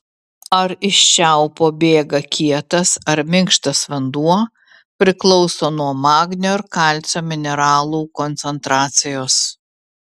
ar iš čiaupo bėga kietas ar minkštas vanduo priklauso nuo magnio ir kalcio mineralų koncentracijos